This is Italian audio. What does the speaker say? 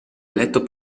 eletto